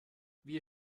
wir